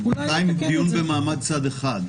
זה בינתיים דיון במעמד צד אחד.